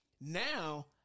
Now